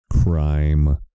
crime